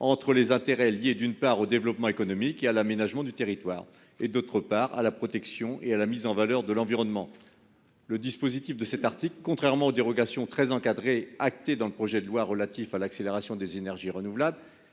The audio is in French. entre les intérêts liés, d'une part, au développement économique et à l'aménagement du territoire, d'autre part, à la protection et à la mise en valeur de l'environnement. Le dispositif de cet article, contrairement aux dérogations très encadrées, actées dans le projet de loi relatif à l'accélération des énergies renouvelables,